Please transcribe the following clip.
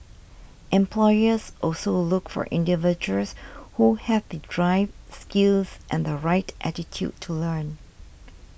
employers also look for individuals who have the drive skills and the right attitude to learn